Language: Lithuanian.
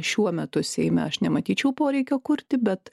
šiuo metu seime aš nematyčiau poreikio kurti bet